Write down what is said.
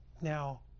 now